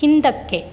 ಹಿಂದಕ್ಕೆ